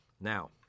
Now